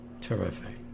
Terrific